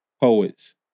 poets